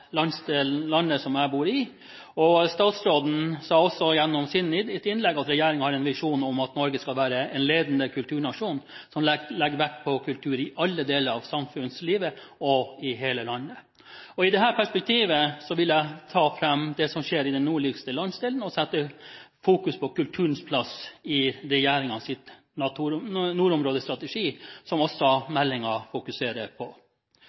landet som jeg bor i. Statsråden sa også i sitt innlegg at regjeringen har en visjon om at Norge skal være en ledende kulturnasjon som legger vekt på kultur i alle deler av samfunnslivet og i hele landet. I dette perspektivet vil jeg trekke fram det som skjer i den nordligste landsdelen, og sette fokus på kulturens plass i regjeringens nordområdestrategi, som også meldingen fokuserer på.